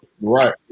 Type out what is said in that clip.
Right